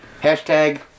hashtag